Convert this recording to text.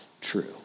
true